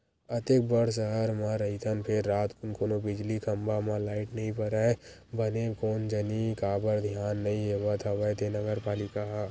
अतेक बड़ सहर म रहिथन फेर रातकुन कोनो बिजली खंभा म लाइट नइ बरय बने कोन जनी काबर धियान नइ देवत हवय ते नगर पालिका ह